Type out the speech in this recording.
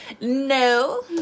No